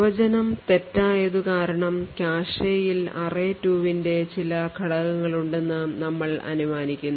പ്രവചനം തെറ്റായതു കാരണം കാഷെയിൽ array2 ന്റെ ചില ഘടകങ്ങളുണ്ടെന്ന് നമ്മൾ അനുമാനിക്കുന്നു